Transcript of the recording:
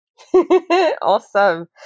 awesome